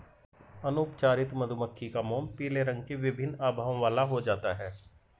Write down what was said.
अनुपचारित मधुमक्खी का मोम पीले रंग की विभिन्न आभाओं वाला हो जाता है